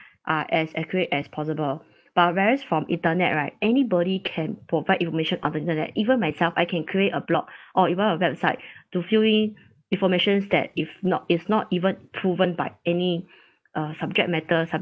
are as accurate as possible but whereas from internet right anybody can provide information on the internet even myself I can create a blog or even a website to fill in informations that if not is not even proven by any uh subject matters